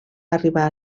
arribar